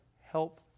help